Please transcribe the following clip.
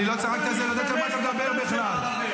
אתם מפחדים לדבר נגדם, אתם מפחדים לצאת נגדם.